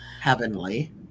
heavenly